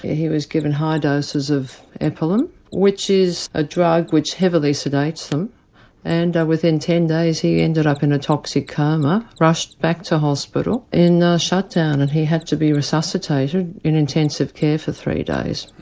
he was given high doses of epilum which is a drug which heavily sedates them and within ten days he ended up in a toxic coma, rushed back to hospital in shut-down and he had to be resuscitated in intensive care for three days.